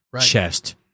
chest